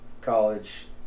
college